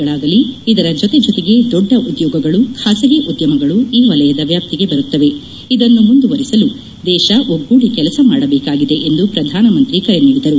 ಗಳಾಗಲಿ ಇದರ ಜೊತೆ ಜೊತೆಗೆ ದೊಡ್ಡ ಉದ್ಯೋಗಗಳು ಖಾಸಗಿ ಉದ್ಯಮಗಳು ಈ ವಲಯದ ವ್ಯಾಪ್ತಿಗೆ ಬರುತ್ತವೆ ಇದನ್ನು ಮುಂದುವರಿಸಲು ದೇಶ ಒಗ್ಗೂದಿ ಕೆಲಸ ಮಾಡಬೇಕಾಗಿದೆ ಪ್ರಧಾನಮಂತ್ರಿ ಕರೆ ನೀಡಿದರು